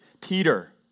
Peter